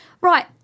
right